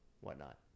whatnot